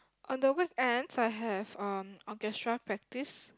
on the weekends I have um orchestra practice